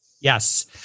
Yes